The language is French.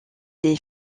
des